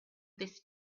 this